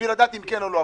כדי לדעת אם כן או לא.